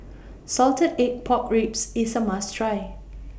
Salted Egg Pork Ribs IS A must Try